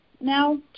now